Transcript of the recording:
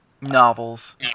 novels